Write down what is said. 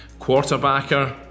quarterbacker